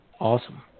Awesome